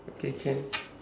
okay can